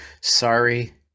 sorry